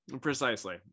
precisely